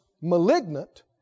malignant